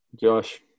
Josh